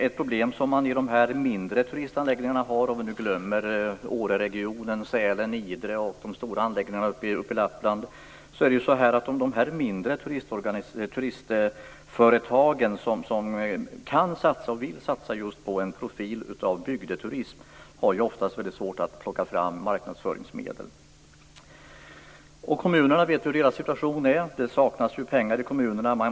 Ett problem som man har i de mindre turistanläggningarna - om vi nu glömmer Åreregionen, Sälen, Idre och de stora anläggningarna uppe i Lappland - där man kan och vill satsa på en profil med bygdeturism är att man ofta har väldigt svårt att plocka fram marknadsföringsmedel. Vi vet ju hur kommunernas situation är. Det saknas pengar i kommunerna.